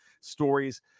stories